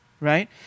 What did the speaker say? Right